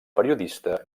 periodista